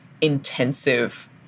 intensive